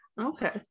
Okay